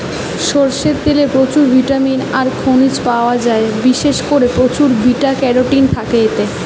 সরষের তেলে প্রচুর ভিটামিন আর খনিজ পায়া যায়, বিশেষ কোরে প্রচুর বিটা ক্যারোটিন থাকে এতে